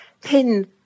pin